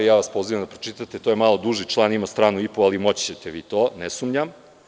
Ja vas pozivam da pročitate, to je malo duži član, ima stranu i po, ali moći ćete vi to, ne sumnjam.